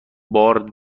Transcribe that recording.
بار